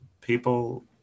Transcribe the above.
people